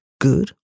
good